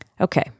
Okay